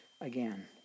again